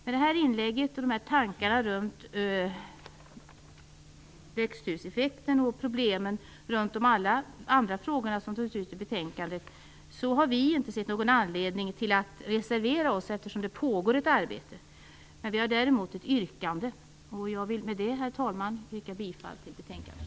Med hänsyn till detta inlägg och tankarna runt växthuseffekten samt problemen kring övriga frågor som tas upp i betänkandet har vi inte sett någon anledning till att reservera oss, eftersom det pågår ett arbete. Herr talman! Med detta vill jag yrka bifall till utskottets hemställan i betänkandet.